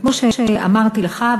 וכמו שאמרתי לך,